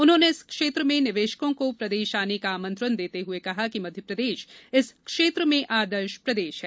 उन्होंने इस क्षेत्र में निवेशकों को प्रदेश आने का आमंत्रण देते हुए कहा कि मध्य प्रदेश इस क्षेत्र में आदर्श प्रदेश है